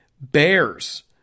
Bears